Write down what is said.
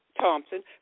Thompson